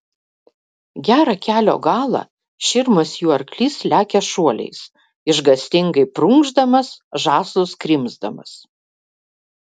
gerą kelio galą širmas jų arklys lekia šuoliais išgąstingai prunkšdamas žąslus krimsdamas